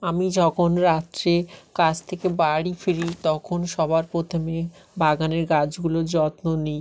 আমি যখন রাত্রে কাজ থেকে বাড়ি ফিরি তখন সবার প্রথমে বাগানের গাছগুলো যত্ন নিই